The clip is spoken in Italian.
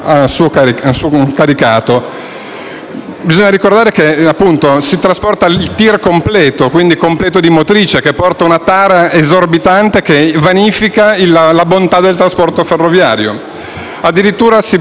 Bisogna ricordare che il TIR trasportato è completo di motrice, che porta una tara esorbitante che vanifica la bontà del trasporto ferroviario. Addirittura, si parla di trasporto anche degli autisti,